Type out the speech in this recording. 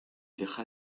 deja